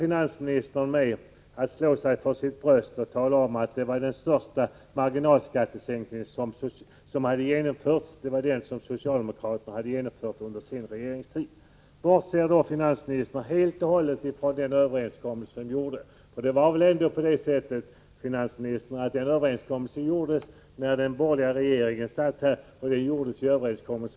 Finansministern började med att slå sig för bröstet och tala om att den marginalskattesänkning som socialdemokraterna har genomfört under sin regeringstid är den största någonsin. Bortser finansministern då helt och hållet från den överenskommelse mellan centern, folkpartiet och socialdemokraterna som träffades när den borgerliga regeringen satt vid makten?